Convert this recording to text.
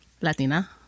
latina